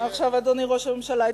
אדוני ראש הממשלה,